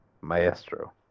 Maestro